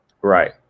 right